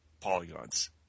polygons